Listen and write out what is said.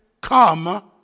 Come